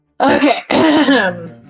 Okay